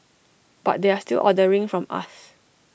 but they're still ordering from us